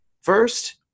first